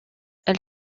elle